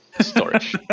storage